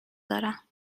دارم